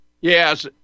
Yes